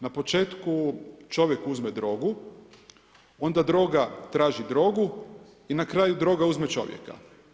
Na početku čovjek uzme drogu, onda droga traži drogu i na kraju droga uzme čovjeka.